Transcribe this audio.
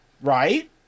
right